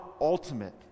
ultimate